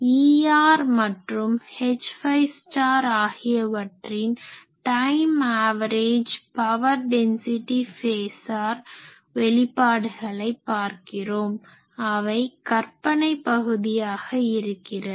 Er மற்றும் Hφ ஆகியவற்றின் time average power density phasor வெளிப்பாடுகளை பார்க்கிறோம் அவை கற்பனை பகுதியாக இருக்கிறது